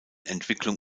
entwicklung